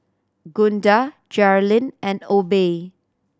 Gunda Jerilynn and Obe